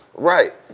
Right